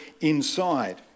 inside